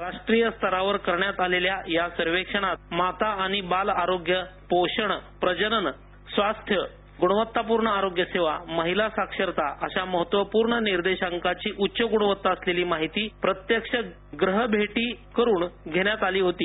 राष्ट्रीय स्तरावर करण्यात आलेल्या या सर्वेक्षणात माता आणि बाल आरोग्य पोषण प्रजनन स्वास्थ्य गृणवत्तापूर्ण आरोग्य सेवा महिला साक्षरता अशा महत्त्वपूर्ण निर्देशांकाची उच्च गुणवत्ता असलेली माहिती प्रत्यक्ष गुहभेटी करून घेण्यात आली होती